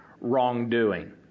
wrongdoing